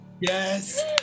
Yes